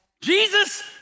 Jesus